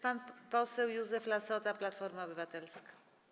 Pan poseł Józef Lassota, Platforma Obywatelska.